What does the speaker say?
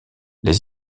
les